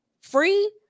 free